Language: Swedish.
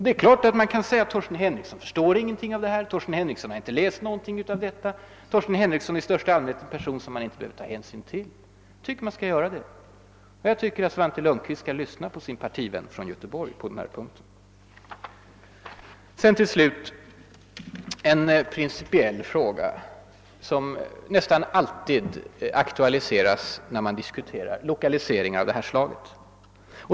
Det är klart att man kan säga att Torsten Henrikson förstår ingenting av detta, Torsten Henrikson har inte läst någonting, Torsten Henrikson är i största allmänhet en person som man inte behöver ta hänsyn till. Jag tycker emellertid att man skall ta hänsyn till hans synpunkter, och jag tycker att Svante Lundkvist skall lyssna på sin partivän från Göteborg. Slutligen några ord om en principiell fråga som nästan alltid aktualiseras, när man diskuterar lokalisering av detta slag.